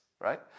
right